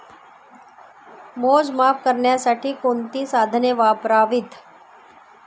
मोजमाप करण्यासाठी कोणती साधने वापरावीत?